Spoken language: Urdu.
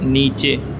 نیچے